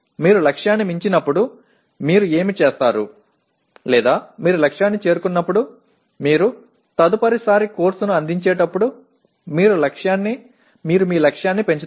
మీరు లక్ష్యాన్ని మించినప్పుడు మీరు ఏమి చేస్తారు లేదా మీరు లక్ష్యాన్ని చేరుకున్నప్పుడు మీరు తదుపరిసారి కోర్సును అందించేటప్పుడు మీరు మీ లక్ష్యాన్ని పెంచుతారు